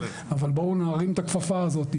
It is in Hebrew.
בואו נרים את הכפפה הזו.